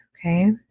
okay